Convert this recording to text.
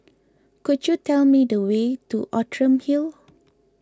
could you tell me the way to Outram Hill